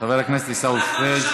חבר הכנסת עיסאווי פריג'.